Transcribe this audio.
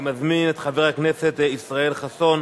אני מזמין את חבר הכנסת ישראל חסון.